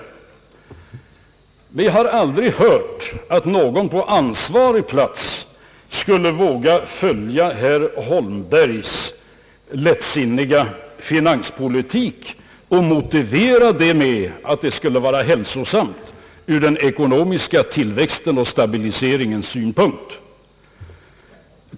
Men jag har aldrig hört att någon på ansvarig plats skulle våga följa herr Holmbergs lättsinniga finanspolitik och motivera det med att det skulle vara hälsosamt ur den ekonomiska tillväxtens och stabiliseringens synpunkt.